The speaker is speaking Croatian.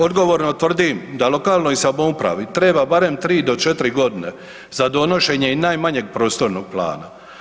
Odgovorno tvrdim da lokalnoj samoupravi treba barem 3 do 4.g. za donošenje i najmanjeg prostornog plana.